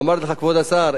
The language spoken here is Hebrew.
ואמרתי לך: כבוד השר,